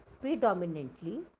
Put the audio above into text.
predominantly